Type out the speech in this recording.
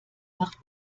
macht